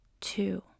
two